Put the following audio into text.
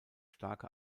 starke